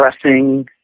pressing